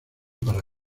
para